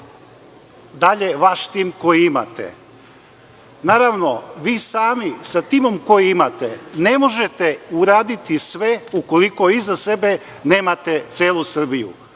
dalje vaš tim koji imate. Naravno, vi sami sa timom koji imate ne možete uraditi sve, ukoliko iza sebe nemate celu Srbiju,